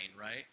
right